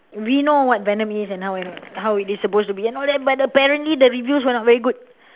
we know what venom is and how and how is it supposed to be and all that but apparently the review was not very good